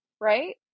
right